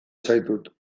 zaitut